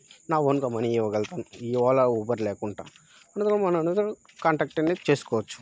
నా ఓన్గా మనీ ఇవ్వగలుగుతాను ఈ ఓలా ఊబర్ లేకుంటా అనదర్ మనం అనదర్ కాంటాక్ట్ అనే చేసుకోవచ్చు